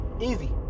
easy